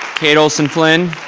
kate olson-flynn.